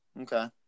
Okay